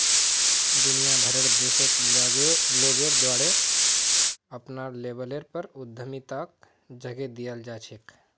दुनिया भरेर देशत लोगेर द्वारे अपनार लेवलेर पर उद्यमिताक जगह दीयाल जा छेक